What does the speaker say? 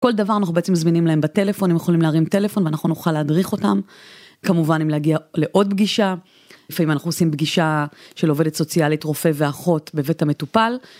כל דבר אנחנו בעצם מזמינים להם בטלפון, הם יכולים להרים טלפון ואנחנו נוכל להדריך אותם, כמובן אם להגיע לעוד פגישה, לפעמים אנחנו עושים פגישה של עובדת סוציאלית, רופא ואחות בבית המטופל.